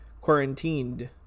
quarantined